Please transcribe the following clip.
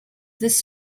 this